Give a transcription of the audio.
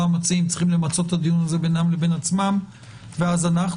המציעים צריכים למצות את הדיון הזה בינם לבין עצמם ואז אנחנו.